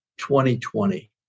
2020